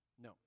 No